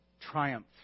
triumph